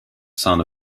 son